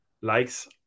likes